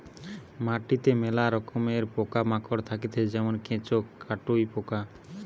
মাটিতে মেলা রকমের পোকা মাকড় থাকতিছে যেমন কেঁচো, কাটুই পোকা